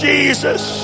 Jesus